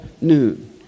noon